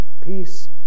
peace